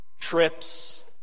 Trips